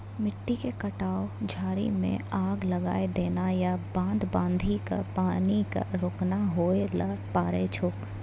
मिट्टी के कटाव, झाड़ी मॅ आग लगाय देना या बांध बांधी कॅ पानी क रोकना होय ल पारै छो